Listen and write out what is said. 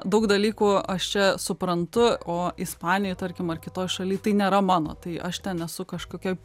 daug dalykų aš čia suprantu o ispanijoj tarkim ar kitoj šaly tai nėra mano tai aš ten esu kažkokioj